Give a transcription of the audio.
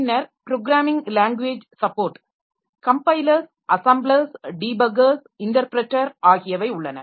பின்னர் programming language support compilers assemblers debuggers interpreter ஆகியவை உள்ளன